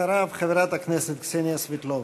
אחריו, חברת הכנסת קסניה סבטלובה.